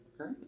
Okay